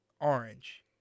Orange